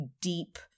deep